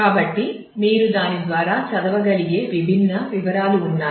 కాబట్టి మీరు దాని ద్వారా చదవగలిగే విభిన్న వివరాలు ఉన్నాయి